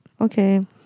Okay